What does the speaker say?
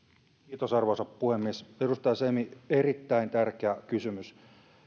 kiitos arvoisa puhemies edustaja semi erittäin tärkeä kysymys